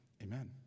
Amen